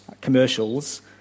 commercials